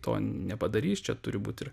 to nepadarys čia turi būti ir